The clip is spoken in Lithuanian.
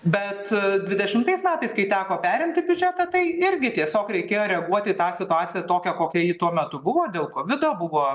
bet dvidešimtais metais kai teko perimti biudžetą tai irgi tiesiog reikėjo reaguoti tą situaciją tokią kokia ji tuo metu buvo dėl kovido buvo